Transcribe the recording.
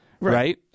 right